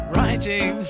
Writing